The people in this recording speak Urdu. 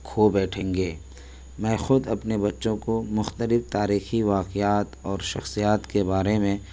کھو بیٹھیں گے میں خود اپنے بچوں کو مختلف تاریخی واقعات اور شخصیات کے بارے میں